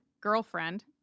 girlfriend